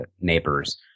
neighbors